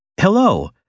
Hello